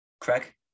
craig